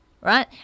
right